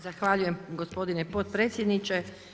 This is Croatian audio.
Zahvaljujem gospodine potpredsjedniče.